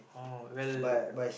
oh well